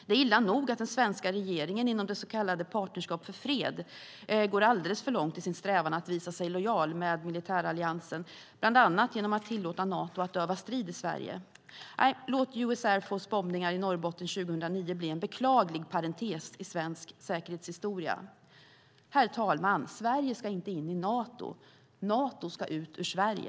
Det är illa nog att den svenska regeringen inom det så kallade Partnerskap för fred går alldeles för långt i sin strävan att visa sig lojal med militäralliansen, bland annat genom att tillåta Nato att öva strid i Sverige. Nej, låt US Air Forces bombningar i Norrbotten 2009 bli en beklaglig parentes i svensk säkerhetshistoria. Herr talman! Sverige ska inte in i Nato. Nato ska ut ur Sverige.